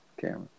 camera